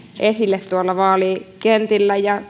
esille tuolla vaalikentillä ja